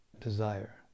desire